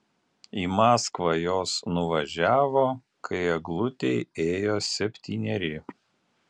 į maskvą jos nuvažiavo kai eglutei ėjo septyneri